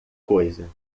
coisa